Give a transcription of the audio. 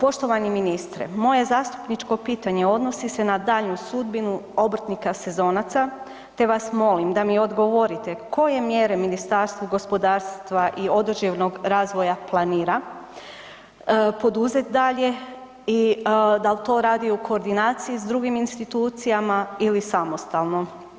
Poštovani ministre, moje zastupničko pitanje odnosni se na daljnju sudbinu obrtnika sezonaca, te vas molim da mi odgovorite koje mjere Ministarstvo gospodarstva i određenog razvoja planira poduzet dalje i dal to radi u koordinaciji s drugim institucijama ili samostalno?